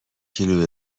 کیلو